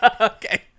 okay